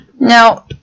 Now